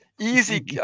easy